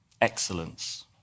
excellence